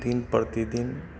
दिन प्रतिदिन